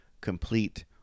complete